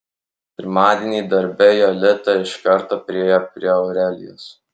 pirmadienį darbe jolita iš karto priėjo prie aurelijos